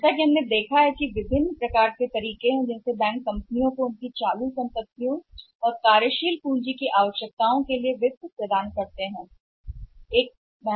जैसे कि हमारे पास है अलग अलग तरीकों से देखा गया है कि कंपनियों द्वारा वित्त के लिए बैंक वित्त का उपयोग कैसे किया जा सकता है वर्तमान संपत्ति कार्यशील पूंजी की आवश्यकताएं हैं